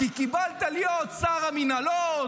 כי קיבלת להיות שר המינהלות,